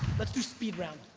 let's do speed round.